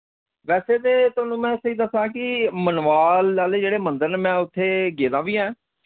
वैसे ते थोआनू में स्हेई दस्सां कि मनवाल आह्ले जेह्ड़े मंदर न में उत्थे गेदा वी ऐं